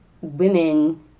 women